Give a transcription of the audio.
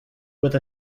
with